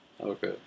Okay